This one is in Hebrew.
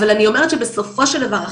אבל אני אומרת שבסופו של דבר,